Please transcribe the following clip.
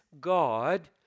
God